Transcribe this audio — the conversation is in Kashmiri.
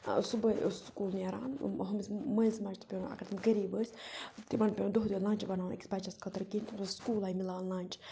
صُبحٲے اوس سکوٗل نیران ہُمِس مٲنِس ماجہِ تہِ پیٚوان اَگَر تِم غریٖب ٲسۍ تِمَن پیٚوان دۄہ دۄہ لَنچ بَناوُن أکِس بَچَس خٲطرٕ کِہیٖنۍ تِم ٲسۍ سکوٗل آے مِلان لَنچ